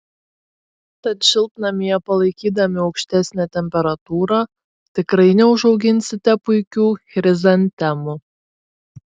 tad šiltnamyje palaikydami aukštesnę temperatūrą tikrai neužauginsite puikių chrizantemų